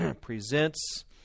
presents